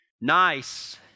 Nice